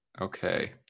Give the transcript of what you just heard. okay